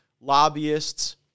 lobbyists